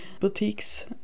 boutiques